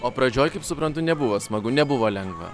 o pradžioj kaip suprantu nebuvo smagu nebuvo lengva